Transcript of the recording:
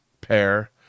pair